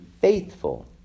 faithful